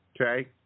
Okay